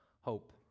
hope